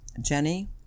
Jenny